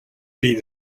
been